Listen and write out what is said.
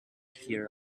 hear